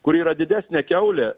kur yra didesnė kiaulė